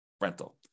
rental